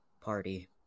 party